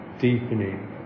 deepening